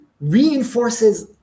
reinforces